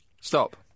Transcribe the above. Stop